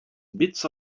bits